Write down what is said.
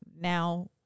Now